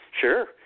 Sure